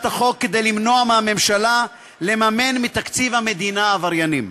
החוק כדי למנוע מהממשלה לממן מתקציב המדינה עבריינים.